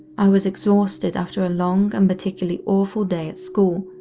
i was exhausted after a long and particularly awful day at school,